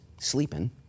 sleeping